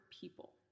people